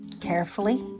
carefully